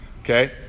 Okay